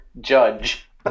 judge